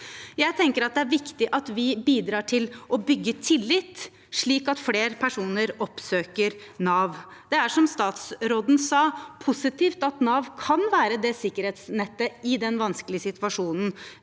Jeg tenker at det er viktig at vi bidrar til å bygge tillit, slik at flere personer oppsøker Nav. Det er, som statsråden sa, positivt at Nav kan være et sikkerhetsnett i den vanskelige situasjonen